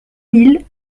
mille